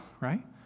right